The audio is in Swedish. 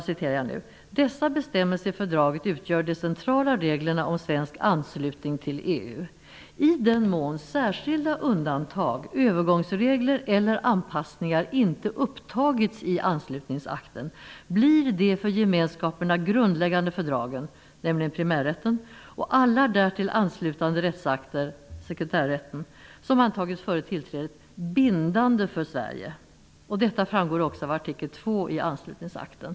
Dessa bestämmelser i Fördraget utgör de centrala reglerna om svensk anslutning till EU. I den mån särskilda undantag, övergångsregler eller anpassningar inte upptagits i Anslutningsakten blir de för gemenskaperna grundläggande fördragen , som antagits före tillträdet, bindande för Sverige. Detta framgår också av artikel 2 i Anslutningsakten.''